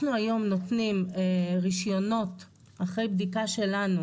אנחנו היום נותנים רשיונות אחרי בדיקה שלנו